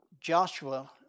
Joshua